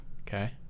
okay